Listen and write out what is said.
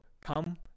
come